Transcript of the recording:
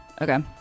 Okay